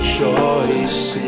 choice